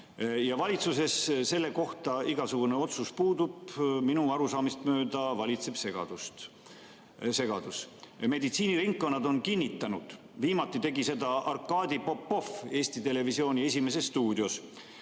Valitsuses selle kohta igasugune otsus puudub. Minu arusaamist mööda valitseb segadus. Meditsiiniringkonnad on kinnitanud, viimati tegi seda Arkadi Popov Eesti Televisiooni "Esimeses stuudios",